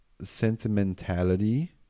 sentimentality